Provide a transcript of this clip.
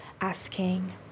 asking